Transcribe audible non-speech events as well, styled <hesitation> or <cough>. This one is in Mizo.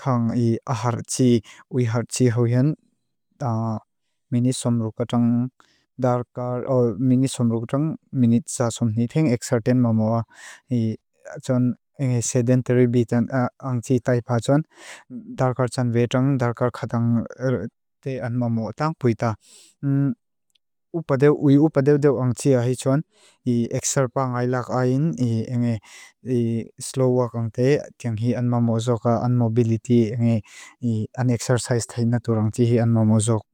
kang i ahartji, uihartji hawiyan, <hesitation> minisomrukatang, dargar, oh, minisomrukatang, minisa somnitheng ekserten maa moa. <hesitation> Atsoan engi sedentary beaten ang tsi taipa tsoan, dargar tsan vetang, dargar khatang te anom maa moa. Atang puita. <hesitation> Uipadeu deo ang tsi ahitsoan, ekser pa ngay lak ayin, <hesitation> slow walk ang te, tiang hi anma mozoka, anmobility, <hesitation> anexercise thai natura ang tsi hi anma mozok.